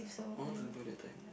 I wanted to go that time